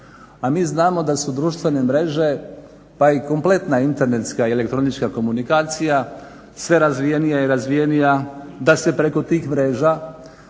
a mi znamo da su društvene mreže pa i kompletna internetska i elektronička komunikacija sve razvijenija i razvijenija, da se preko tih mreža